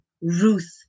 Ruth